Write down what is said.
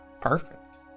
Perfect